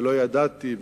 ולא ידעתי,